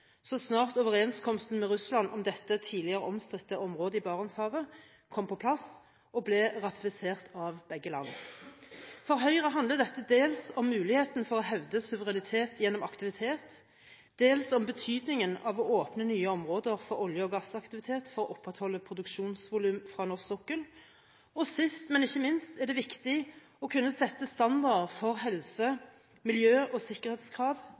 så snart som overenskomsten med Russland om dette tidligere omstridte området i Barentshavet kom på plass og ble ratifisert av begge land. For Høyre handler dette dels om muligheten for å hevde suverenitet gjennom aktivitet, dels om betydningen av å åpne nye områder for olje- og gassaktivitet for å opprettholde produksjonsvolum fra norsk sokkel, og sist, men ikke minst, er det viktig å kunne sette standarder for helse, miljø og sikkerhetskrav